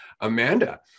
Amanda